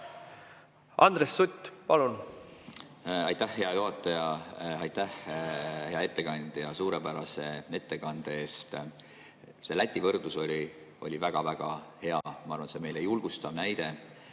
Andres Sutt, palun!